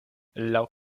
laŭ